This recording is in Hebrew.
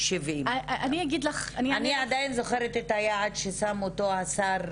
70. אני עדיין זוכרת את היעד ששם אותו השר